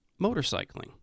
motorcycling